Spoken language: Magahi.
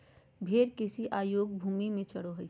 भेड़ कृषि अयोग्य भूमि में चरो हइ